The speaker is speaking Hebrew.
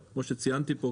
כמו שציינתי פה,